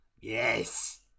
Yes